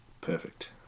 perfect